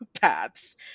paths